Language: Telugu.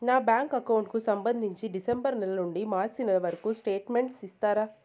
నా బ్యాంకు అకౌంట్ కు సంబంధించి డిసెంబరు నెల నుండి మార్చి నెలవరకు స్టేట్మెంట్ ఇస్తారా?